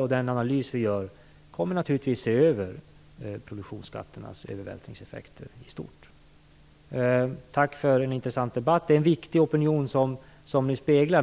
och den analys som vi gör kommer vi naturligtvis att se över produktionsskatternas övervältringseffekter i stort. Tack för en intressant debatt! Det är en viktig opinion som ni speglar.